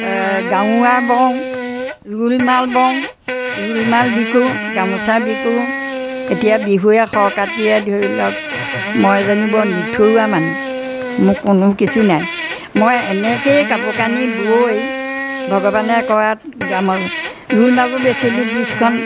গাৰোৱাৰ বওঁ ৰুমাল বওঁ ৰুমাল বিকো গামোচা বিকো এতিয়া বিহুৱে সংক্ৰান্তিয়ে ধৰি লওক মই এজনী বৰ নিথৰুৱা মানুহ মোক কোনো কিছু নাই মই এনেকৈয়ে কাপোৰ কানি বৈ ভগৱানে কৰাত গামোচা ৰুমালো বেচিলোঁ বিছখন